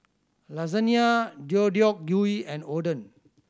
Lasagna Deodeok Gui and Oden